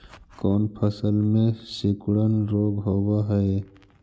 कोन फ़सल में सिकुड़न रोग होब है?